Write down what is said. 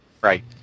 Right